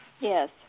Yes